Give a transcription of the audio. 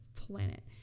planet